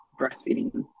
breastfeeding